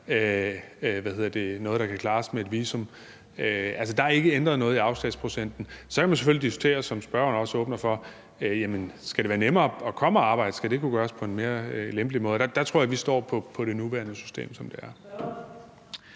noget, der kan klares med et visum. Altså, der er ikke ændret noget i afslagsprocenten. Så kan man selvfølgelig diskutere, som spørgeren selvfølgelig også åbner for, om det skal være nemmere at komme at arbejde, altså om det skulle gøres på en mere lempelig måde. Der tror jeg, at vi står på det nuværende system, som det er.